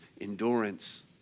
endurance